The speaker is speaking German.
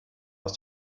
aus